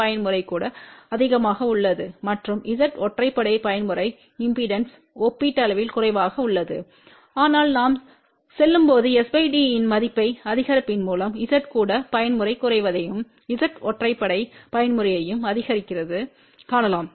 பயன்முறை கூட அதிகமாக உள்ளது மற்றும் Z ஒற்றைப்படை பயன்முறை இம்பெடன்ஸ் ஒப்பீட்டளவில் குறைவாக உள்ளது ஆனால் நாம் செல்லும்போது s d இன் மதிப்பை அதிகரிப்பதன் மூலம் Z கூட பயன்முறை குறைவதையும் Z ஒற்றைப்படை பயன்முறையையும் அதிகரிக்கிறது காணலாம்